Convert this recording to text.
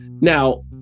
Now